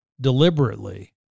deliberately